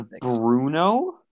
Bruno